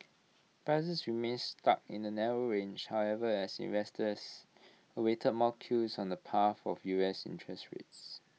prices remained stuck in A narrow range however as investors awaited more clues on the path of U S interest rates